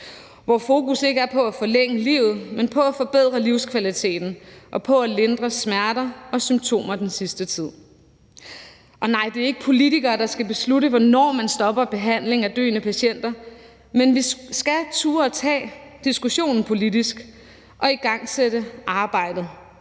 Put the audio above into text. hvor fokus ikke er på at forlænge livet, men på at forbedre livskvaliteten og på at lindre smerter og symptomer i den sidste tid. Og nej, det er ikke politikere, der skal beslutte, hvornår man stopper behandling af døende patienter. Men vi skal turde at tage diskussionen politisk og igangsætte arbejdet.